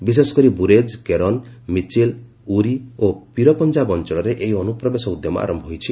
ବିଶେଷକରି ବୁରେଜ୍ କେରନ ମଚିଲ୍ ଉରୀ ଓ ପୀରପଞ୍ଜାବ ଅଞ୍ଚଳରେ ଏହି ଅନୁପ୍ରବେଶ ଉଦ୍ୟମ ଆରୟ ହୋଇଛି